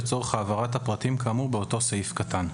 לצורך העברת הפרטים כאמור באותו סעיף קטן.